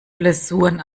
blessuren